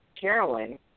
Carolyn